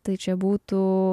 tai čia būtų